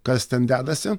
kas ten dedasi